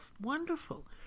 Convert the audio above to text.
wonderful